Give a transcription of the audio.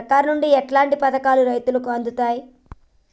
సర్కారు నుండి ఎట్లాంటి పథకాలు రైతులకి అందుతయ్?